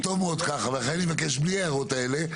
אני מבקש בלי ההערות האלה,